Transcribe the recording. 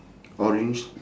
orange